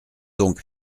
donc